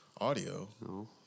audio